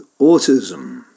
autism